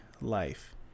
life